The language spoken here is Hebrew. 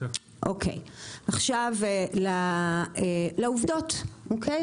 עכשיו לעובדות, אוקיי?